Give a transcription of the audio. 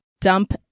dump